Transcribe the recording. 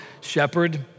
shepherd